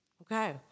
Okay